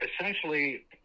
essentially